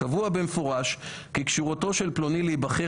קבוע במפורש כי כשירותו של פלוני להיבחר